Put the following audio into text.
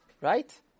right